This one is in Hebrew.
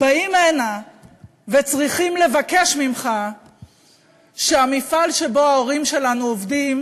באים הנה וצריכים לבקש ממך שהמפעל שבו ההורים שלנו עובדים